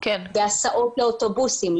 בהסעות אוטובוסים,